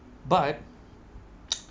but